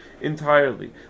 entirely